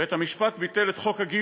בית המשפט ביטל את חוק הגיוס,